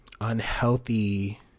unhealthy